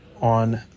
on